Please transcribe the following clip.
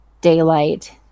daylight